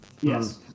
Yes